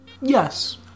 Yes